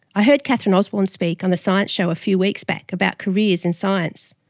i heard catherine osborne speak on the science show a few weeks back about careers in science.